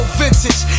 vintage